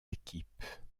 équipes